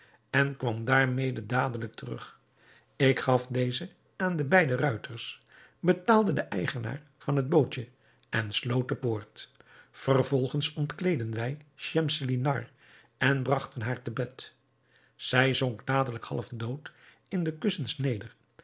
en kwam daarmede dadelijk terug ik gaf deze aan de beide ruiters betaalde den eigenaar van het bootje en sloot de poort vervolgens ontkleedden wij schemselnihar en bragten haar te bed zij zonk dadelijk half dood in de kussens neder